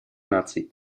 наций